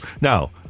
Now